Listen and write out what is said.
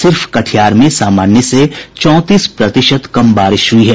सिर्फ कटिहार में सामान्य से चौंतीस प्रतिशत कम बारिश हुयी है